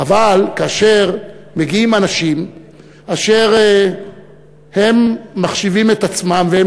אבל כאשר מגיעים אנשים אשר מחשיבים את עצמם והם